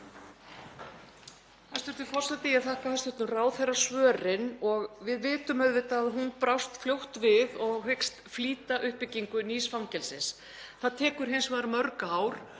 Herra forseti. Ég þakka hæstv. ráðherra svörin. Við vitum auðvitað að hún brást fljótt við og hyggst flýta uppbyggingu nýs fangelsis. Það tekur hins vegar mörg ár.